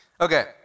Okay